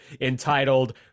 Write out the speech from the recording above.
entitled